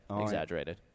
exaggerated